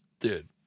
Dude